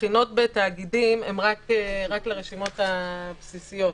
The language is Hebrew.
הבחינות בתאגידים הן רק לרשימות הבסיסיות,